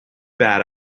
bad